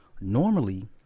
Normally